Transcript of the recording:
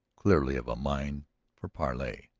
clearly of a mind for parley.